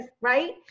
Right